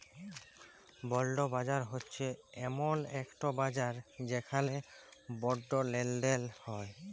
বল্ড বাজার হছে এমল ইকট বাজার যেখালে বল্ড লেলদেল হ্যয়